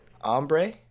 Ombre